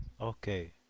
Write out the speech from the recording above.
Okay